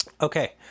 Okay